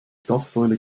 zapfsäule